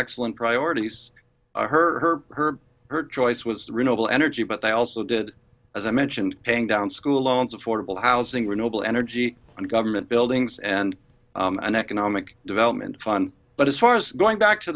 excellent priorities her her her choice was renewable energy but they also did as i mentioned paying down school loans affordable housing renewable energy and government buildings and an economic development fund but as far as going back to